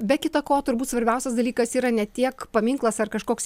be kita ko turbūt svarbiausias dalykas yra ne tiek paminklas ar kažkoks